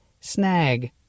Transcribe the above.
snag